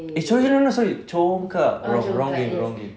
eh no sorry congkak bro wrong game wrong game